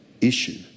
issue